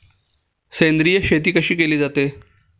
सेंद्रिय शेती कशी केली जाते?